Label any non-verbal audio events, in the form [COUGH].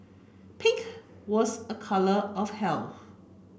pink was a colour of [UNINTELLIGIBLE]